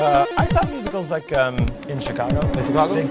i saw musicals like um in chicago. in chicago?